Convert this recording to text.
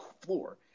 floor